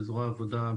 בזרוע העבודה,